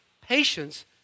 patience